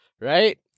Right